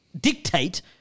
dictate